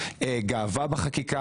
גאווה בחקיקה,